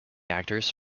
actors